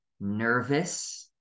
nervous